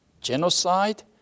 genocide